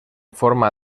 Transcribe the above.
forma